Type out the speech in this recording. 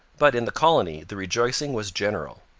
but in the colony the rejoicing was general.